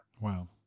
Wow